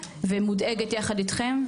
ומודאגת יחד איתכם,